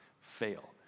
fail